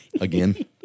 again